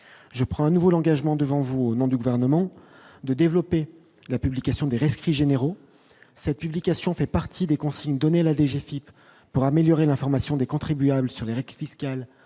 je prends à nouveau l'engagement devant vous au nom du gouvernement de développer la publication des rescrit généraux cette publication fait partie des consignes données la déjà Philippe pour améliorer l'information des contribuables sur les récuse qu'elle